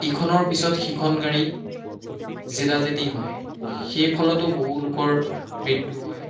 ইখনৰ পিছত সিখন গাড়ী জেদাজেদি হয় সেইফলতো বহু লোকৰ মৃত্যু হয়